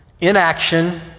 Inaction